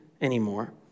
anymore